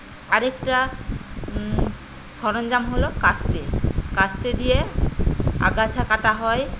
আরেকটা সরঞ্জাম হলো কাস্তে কাস্তে দিয়ে আগাছা কাটা হয়